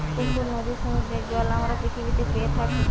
পুকুর, নদীর, সমুদ্রের জল আমরা পৃথিবীতে পেয়ে থাকি